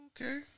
okay